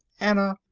anna,